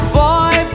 boy